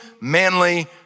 manly